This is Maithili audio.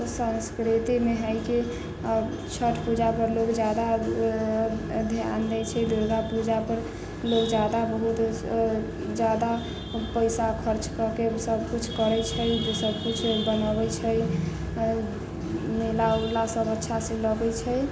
संस्कृति मे है की छठि पूजा पर लोक जादा ध्यान दै छै दुर्गा पूजा पर लोग जादा बहुत जादा पैसा खर्च कऽ के सब कुछ करै छै सबकुछ बनऽबै छै मेला उला सब अच्छा से लगै छै